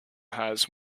has